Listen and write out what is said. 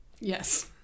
Yes